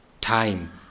time